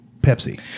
Pepsi